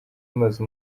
imaze